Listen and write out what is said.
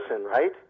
right